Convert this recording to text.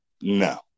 No